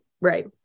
Right